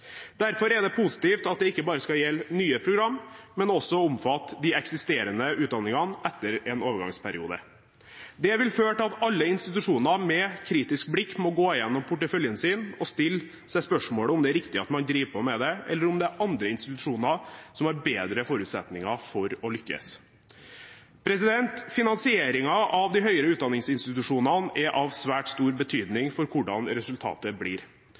Derfor er det positivt at dette ikke bare skal gjelde nye programmer, men også omfatte de eksisterende utdanningene etter en overgangsperiode. Det vil føre til at alle institusjoner må gå igjennom porteføljen sin med kritisk blikk og stille seg spørsmålet om det er riktig at man driver på med det, eller om det er andre institusjoner som har bedre forutsetninger for å lykkes. Finansieringen av de høyere utdanningsinstitusjonene er av svært stor betydning for hvordan resultatet blir.